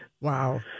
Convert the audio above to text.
Wow